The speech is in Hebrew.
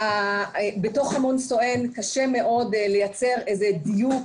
בתוך המון סואן קשה מאוד לייצר איזה דיוק